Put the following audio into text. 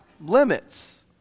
limits